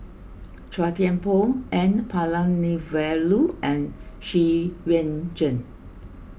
Chua Thian Poh N Palanivelu and Xu Yuan Zhen